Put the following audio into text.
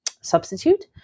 substitute